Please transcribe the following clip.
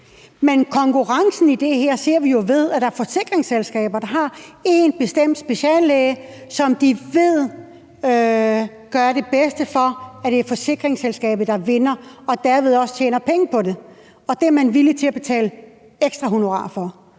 Men konkurrencen i det her ser vi jo, ved at der er forsikringsselskaber, der har en bestemt speciallæge, som de ved gør det bedste for, at det er forsikringsselskabet, der vinder og derved også tjener penge på det, og det er man villig til at betale et ekstra honorar for.